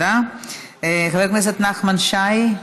חבר הכנסת נחמן שי,